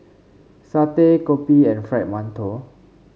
satay kopi and Fried Mantou